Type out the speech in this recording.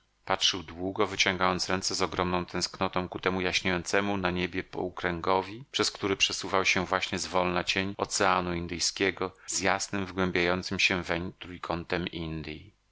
patrzył długo wyciągając ręce z ogromną tęsknotą ku temu jaśniejącemu na niebie połkręgowi przez który przesuwał się właśnie zwolna cień oceanu indyjskiego z jasnym wgłębiającym się weń trójkątem indyj